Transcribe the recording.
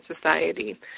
society